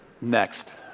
next